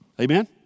Amen